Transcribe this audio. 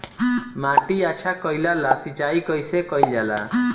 माटी अच्छा कइला ला सिंचाई कइसे कइल जाला?